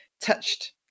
Touched